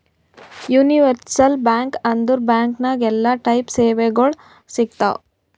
universal bank ಅಂದುರ್ bank ನಾಗ್ ಎಲ್ಲಾ ಟೈಪ್ ಸೇವೆಗೊಳ್ ಸಿಗ್ತಾವ್